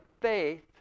faith